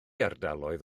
ardaloedd